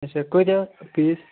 اَچھا کۭتیٛاہ پیٖس